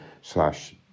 slash